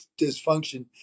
dysfunction